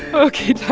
ok.